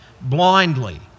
blindly